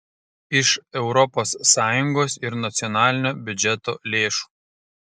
iš europos sąjungos ir nacionalinio biudžeto lėšų